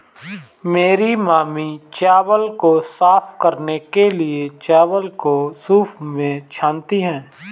मेरी मामी चावल को साफ करने के लिए, चावल को सूंप में छानती हैं